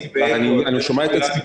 זה לא עובד ככה.